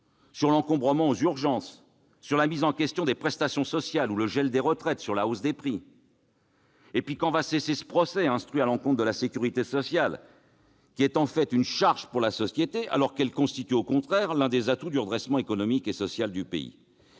sur l'encombrement aux urgences, sur la mise en question des prestations familiales ou sur le gel des retraites et sur la hausse des prix ? Quand cessera ce procès instruit à l'encontre de la sécurité sociale, accusée d'être une charge pour la société, alors qu'elle constitue, au contraire, l'un des atouts du redressement économique et social du pays ?